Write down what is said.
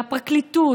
מהפרקליטות,